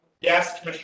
yes